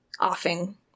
offing